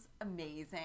amazing